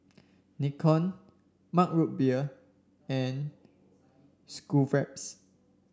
Nikon Mug Root Beer and Schweppes